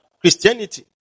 Christianity